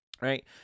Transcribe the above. right